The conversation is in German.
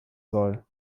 soll